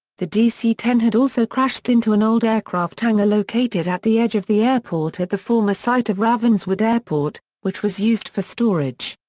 the dc ten had also crashed into an old aircraft hangar located at the edge of the airport at the former site of ravenswood airport, which was used for storage.